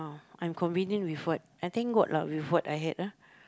I'm convenient with what I thank god lah with what I had ah